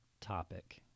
topic